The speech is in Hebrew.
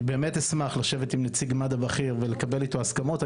אני באמת אשמח לשבת עם נציג בכיר של מד"א ולהגיע איתו להסכמות.